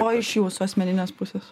o iš jūsų asmeninės pusės